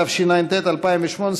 התשע"ט 2018,